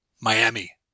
Miami